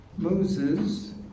Moses